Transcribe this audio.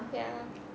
ya